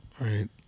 Right